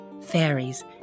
fairies